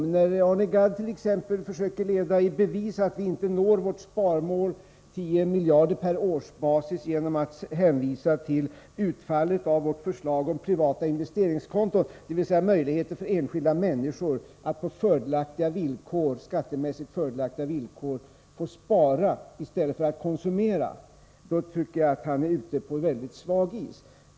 Men när Arne Gadd t.ex. försöker leda i bevis att vi inte når vårt sparmål, 10 miljarder på årsbasis, genom att hänvisa till utfallet av vårt förslag om privata investeringskonton, dvs. möjligheter för enskilda människor att på skattemässigt fördelaktiga villkor spara i stället för att konsumera, tycker jag att han är ute på mycket svag is.